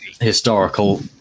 historical